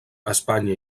espanya